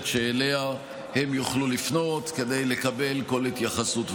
שאליה הם יוכלו לפנות כדי לקבל התייחסות וכו'.